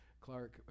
Clark